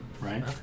Right